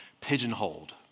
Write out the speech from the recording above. pigeonholed